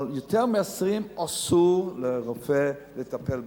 אבל אחרי יותר מ-20 שעות אסור לרופא לטפל בחולים.